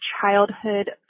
childhood